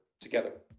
together